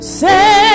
say